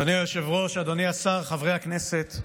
אדוני היושב-ראש, אדוני השר, חברי הכנסת,